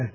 S